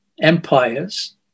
empires